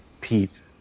Pete